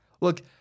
Look